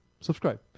subscribe